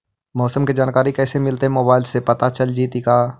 मौसम के जानकारी कैसे मिलतै मोबाईल से पता चल जितै का?